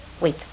Wait